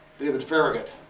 david farragut.